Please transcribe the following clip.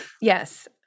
Yes